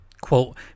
quote